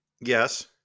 Yes